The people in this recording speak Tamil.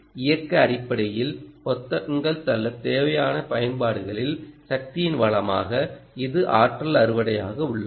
இயக்க அடிப்படையில் பொத்தான்கள் தள்ள தேவையான பயன்பாடுகளில் சக்தியின் வளமாக இது ஆற்றல் அறுவடையாக உள்ளது